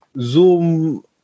Zoom